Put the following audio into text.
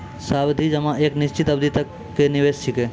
सावधि जमा एक निश्चित अवधि तक के निवेश छिकै